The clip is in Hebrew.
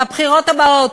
בבחירות הבאות,